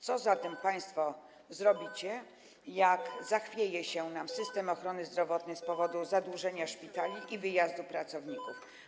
Co zatem państwo zrobicie, jak zachwieje się nam system ochrony zdrowotnej z powodu zadłużenia szpitali i wyjazdu pracowników?